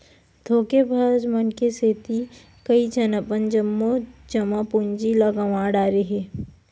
धोखेबाज मन के सेती कइझन अपन जम्मो जमा पूंजी ल गंवा डारे हे